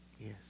Yes